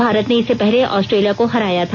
भारत ने इसर्से पहले ऑस्ट्रेलिया को हराया था